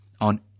on